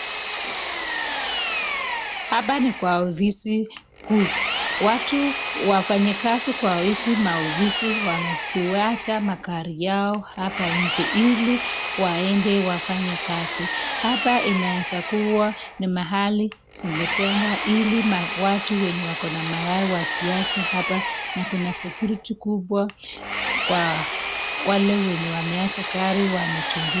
Hapa ni kwa ofisi kuu. Watu wafanyikazi kwa ofisi maofisi wamewacha magari yao hapa nje ili waende wafanye kazi. Hapa inaweza kuwa ni mahali zimetengwa ili watu wenye wako na magari waache hapa na kuna security kubwa kwa wale wenye wameacha gari wanachungiwa.